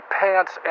pants